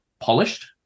polished